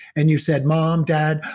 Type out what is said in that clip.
and you said, mom, dad,